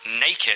naked